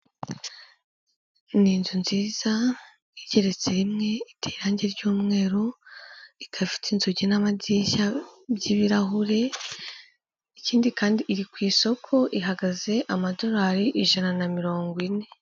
Ni inzu nziza igereretse rimwe iteye irangi ry'umweru, ikaba ifite inzugi n'amadirishya by'ibirahure, ikindi iri ku isoko ihagaze amadorari ijana na mirongo ine.